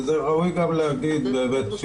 ראוי גם להגיד באמת,